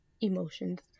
emotions